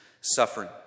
suffering